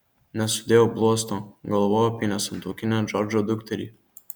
nesudėjau bluosto galvojau apie nesantuokinę džordžo dukterį